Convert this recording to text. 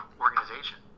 organization